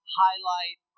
highlight